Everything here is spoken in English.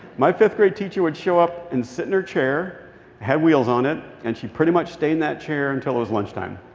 my fifth-grade teacher would show up and sit in her chair it had wheels on it and she'd pretty much stay in that chair until it was lunchtime.